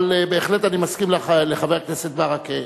אבל בהחלט אני מסכים עם חבר הכנסת ברכה.